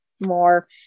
more